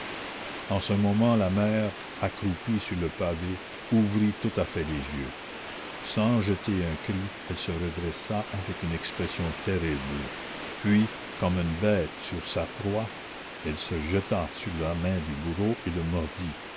en ce moment la mère accroupie sur le pavé ouvrit tout à fait les yeux sans jeter un cri elle se redressa avec une expression terrible puis comme une bête sur sa proie elle se jeta sur la main du bourreau et le mordit